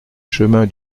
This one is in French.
chemin